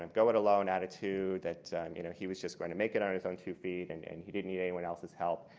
um go-it-alone attitude that you know he was just going to make it on his own two feet and and he didn't need anyone else's help.